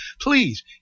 Please